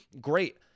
great